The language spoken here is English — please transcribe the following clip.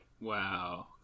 Wow